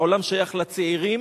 "העולם שייך לצעירים,